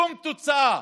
שום תוצאה.